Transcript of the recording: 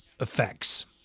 effects